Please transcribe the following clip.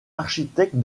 architecte